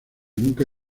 nunca